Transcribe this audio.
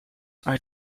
are